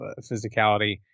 physicality